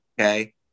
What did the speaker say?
okay